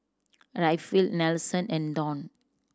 Rayfield Nelson and Donn